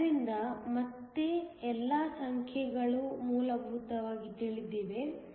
ಆದ್ದರಿಂದ ಮತ್ತೆ ಎಲ್ಲಾ ಸಂಖ್ಯೆಗಳು ಮೂಲಭೂತವಾಗಿ ತಿಳಿದಿವೆ